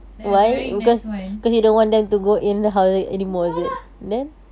like a very nice one no lah